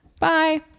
Bye